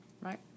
Right